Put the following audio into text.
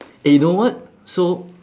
eh you know what so